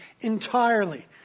entirely